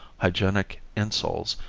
hygienic insoles,